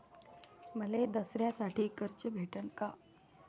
मले दसऱ्यासाठी कर्ज भेटन का?